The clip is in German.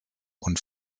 und